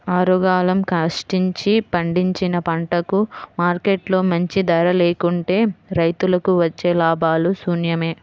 ఆరుగాలం కష్టించి పండించిన పంటకు మార్కెట్లో మంచి ధర లేకుంటే రైతులకు వచ్చే లాభాలు శూన్యమే